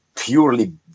purely